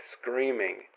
screaming